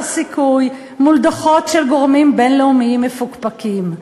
סיכוי מול דוחות של גורמים בין-לאומיים מפוקפקים.